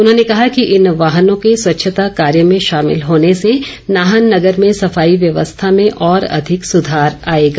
उन्होंने कहा कि इन वाहनों के स्वच्छता कार्य में शामिल होने से नाहन नगर में सफाई व्यवस्था में और अधिक सुधार आएगा